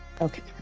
Okay